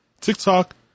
TikTok